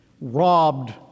robbed